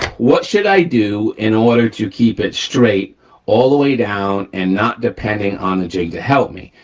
what should i do in order to keep it straight all the way down and not depending on the jig to help me?